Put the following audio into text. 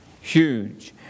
Huge